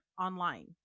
online